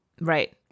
Right